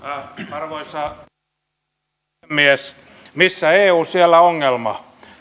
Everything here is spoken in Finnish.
arvoisa rouva puhemies missä eu siellä ongelma